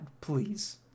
please